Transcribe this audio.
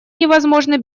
невозможны